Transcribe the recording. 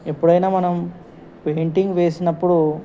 ఎప్పుడైనా మనం పెయింటింగ్ వేసినప్పుడు